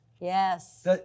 Yes